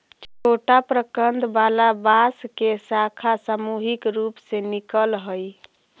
छोटा प्रकन्द वाला बांस के शाखा सामूहिक रूप से निकलऽ हई